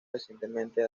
recientemente